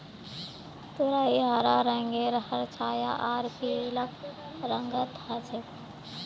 तुरई हरा रंगेर हर छाया आर पीलक रंगत ह छेक